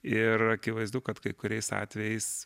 ir akivaizdu kad kai kuriais atvejais